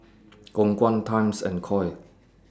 Khong Guan Times and Koi